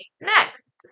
next